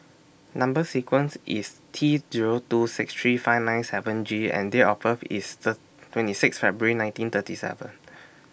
Number sequence IS T Zero two six three five nine seven G and Date of birth IS Third twenty six February nineteen thirty seven